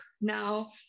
now